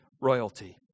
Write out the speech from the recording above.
royalty